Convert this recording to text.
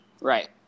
Right